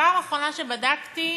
בפעם האחרונה שבדקתי,